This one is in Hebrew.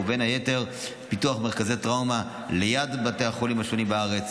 ובין היתר פותח מרכזי טראומה ליד בתי החולים השונים בארץ,